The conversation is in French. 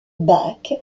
bach